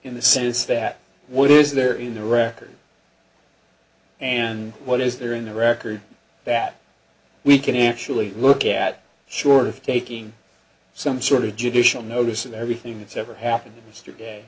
in the sense that what is there in the record and what is there in the record that we can actually look at short of taking some sort of judicial notice of everything that's ever happened to